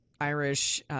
Irish